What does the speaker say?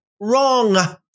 wrong